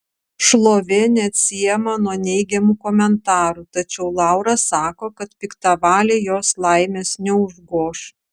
šlovė neatsiejama nuo neigiamų komentarų tačiau laura sako kad piktavaliai jos laimės neužgoš